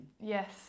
Yes